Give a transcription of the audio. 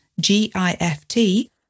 G-I-F-T